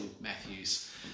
Matthews